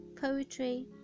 poetry